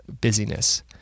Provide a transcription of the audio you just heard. busyness